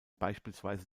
beispielsweise